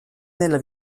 nella